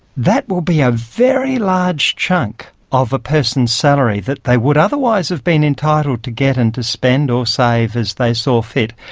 that will be a very large chunk of a person's salary that they would otherwise have been entitled to get and to spend or save as they saw fit,